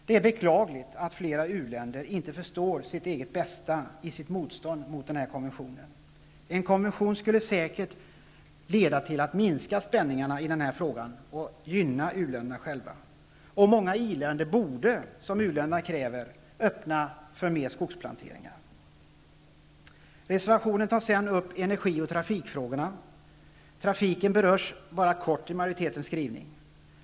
Det är beklagligt att flera uländer inte förstår sitt eget bästa i sitt motstånd mot konventionen. En konvention skulle säkert leda till att spänningarna i den här frågan minskades och att u-länderna själva gynnades. Många i-länder borde, som u-länderna kräver, öppna för mer skogsplanteringar. I reservationen tar vi sedan upp energi och trafikfrågorna. Trafiken berörs bara kort i majoritetens skrivning.